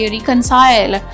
Reconcile